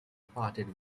parted